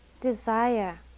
desire